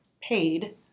paid